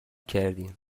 کردیم